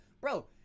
bro